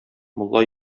мулла